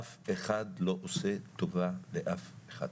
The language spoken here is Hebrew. אף אחד לא עושה טובה לאף אחד,